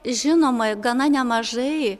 žinoma gana nemažai